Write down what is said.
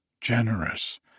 generous